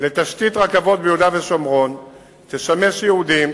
לתשתית רכבות ביהודה ושומרון שתשמש יהודים,